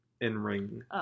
in-ring